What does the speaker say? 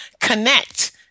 connect